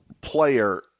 player